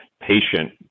patient